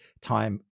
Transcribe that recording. time